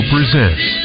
Presents